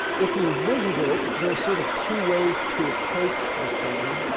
if you visit it, there are sort of two ways to approach the thing,